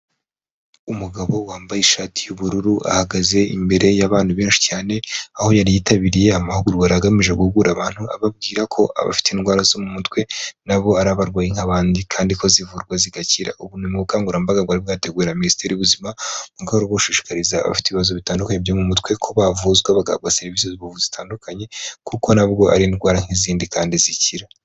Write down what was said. umugabo wambaye ishati y'ubururu ahagaze imbere y'abantu benshi cyane aho yari yitabiriye amahugurwa agamije guhugura abantu ababwira ko abafite indwara zo mu mutwe nabo ara abarwaye nk'abandi , kandi ko zivurwa zigakira .Ubu n'ubukangurambaga bari bwateguwe na minisiteri y'ubuzima bushishikariza abafite ibibazo bitandukanye byo mu mutwe ko bavuzwa bagahabwa serivisi zitandukanye kuko nabwo ari indwara nk'izindi kandi zikira